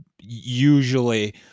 usually